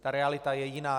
Ta realita je jiná.